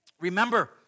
Remember